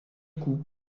coup